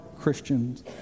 Christians